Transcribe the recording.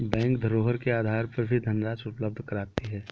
bank धरोहर के आधार पर भी धनराशि उपलब्ध कराती है